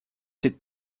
sit